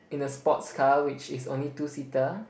in the sports car which is only two seater